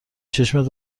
چشمت